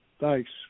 Thanks